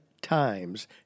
times